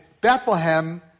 Bethlehem